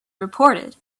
reported